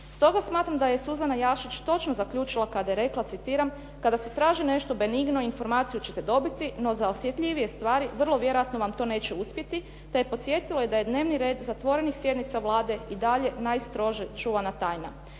Stoga smatram da je Suzana Jašić točno zaključila kada je rekla, citiram: "kada se traži nešto benigno informaciju ćete dobiti, no za osjetljivije stvari vrlo vjerojatno vam to neće uspjeti" te je podsjetila da je dnevni red zatvorenih sjednica Vlade i dalje najstrože čuvana tajna.